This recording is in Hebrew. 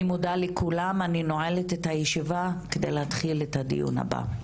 אני מודה לכולם אני נועלת את הישיבה כדי להתחיל את הדיון הבא,